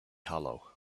hollow